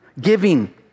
Giving